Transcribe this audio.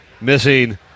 missing